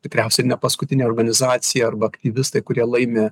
tikriausiai ne paskutinė organizacija arba aktyvistai kurie laimi